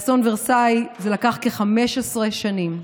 באסון ורסאי זה לקח כ-15 שנים.